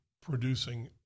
producing